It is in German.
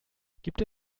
gibt